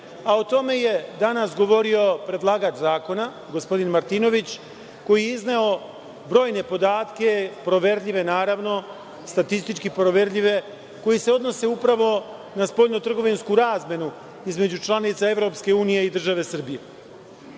a o tome je danas govorio predlagač zakona, gospodin Martinović, koji je izneo brojne podatke, proverljive naravno, statistički proverljive, koji se odnose upravo na spoljnotrgovinsku razmenu između članica Evropske unije i države Srbije. Ono